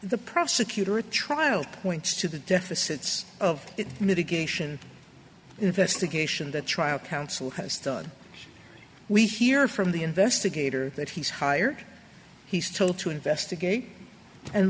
the prosecutor at trial points to the deficit's of mitigation investigation that trial counsel has done we hear from the investigator that he's hired he's told to investigate and